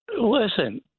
Listen